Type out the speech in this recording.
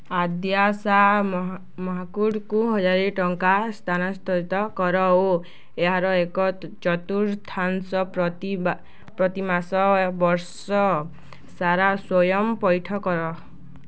ଆଦ୍ୟାଶା ମହାକୁଡ଼ଙ୍କୁ ହାଜର ଟଙ୍କା ସ୍ଥାନାନ୍ତରିତ କର ଓ ଏହାର ଏକ ଚତୁର୍ଥାଂଶ ପ୍ରତିମାସ ବର୍ଷସାରା ସ୍ଵୟଂ ପଇଠ କର